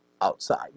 outside